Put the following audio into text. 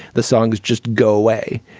the songs just go away.